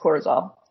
cortisol